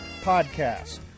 Podcast